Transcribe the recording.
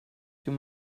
too